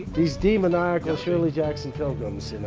these demoniacal shirley jackson pilgrims,